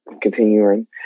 continuing